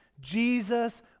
Jesus